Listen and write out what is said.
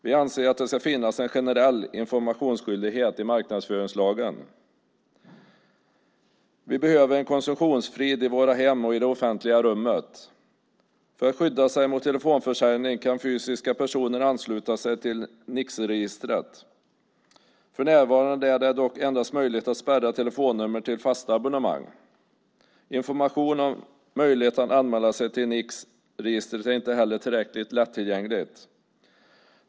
Vi anser att det ska finnas en generell informationsskyldighet i marknadsföringslagen. Vi behöver konsumtionsfrid i våra hem och i det offentliga rummet. För att skydda sig mot telefonförsäljning kan fysiska personer ansluta sig till Nixregistret. För närvarande är det dock endast möjligt att spärra telefonnummer till fasta abonnemang. Informationen om möjligheten att anmäla sig till Nixregistret är inte heller tillräckligt lättillgänglig.